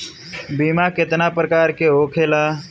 बीमा केतना प्रकार के होखे ला?